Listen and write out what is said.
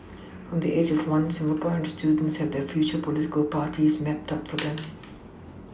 from the age of one Singaporean students have their future political parties mapped out for them